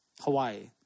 Hawaii